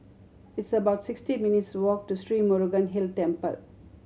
it's about sixty minutes' walk to Sri Murugan Hill Temple